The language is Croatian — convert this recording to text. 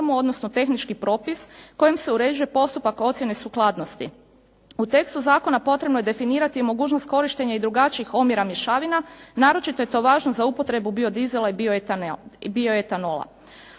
odnosno tehnički propis kojim se uređuje postupak ocjene sukladnosti. U tekstu zakona potrebno je definirati mogućnost korištenja i drugačijih omjera mješavina, naročito je to važno za upotrebu biodisela i bioetanola.